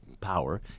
power